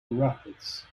rapids